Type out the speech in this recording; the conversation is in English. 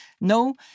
No